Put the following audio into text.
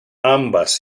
ambas